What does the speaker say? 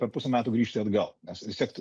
per pusę metų grįžti atgal nes vistiek